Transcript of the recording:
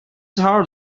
hard